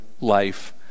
life